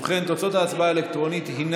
ובכן, תוצאות ההצבעה האלקטרונית הן